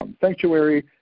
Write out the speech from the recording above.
Sanctuary